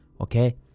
Okay